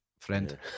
friend